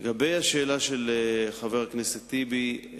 לגבי השאלה של חבר הכנסת טיבי,